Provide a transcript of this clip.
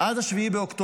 עד 7 באוקטובר.